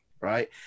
right